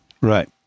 Right